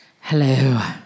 Hello